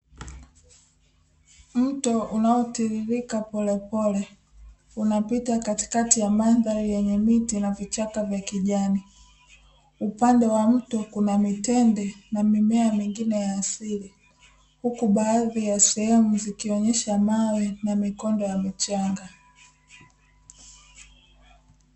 Mto unao tiririka polepole unapita katikati ya mandhari yenye miti na vichaka vya kijani. Upande wa mto kuna mitende na mimea mingine ya asili, huku baadhi ya sehemu zikionyesha mawe na mikondo ya michanga.